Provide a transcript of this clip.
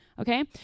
Okay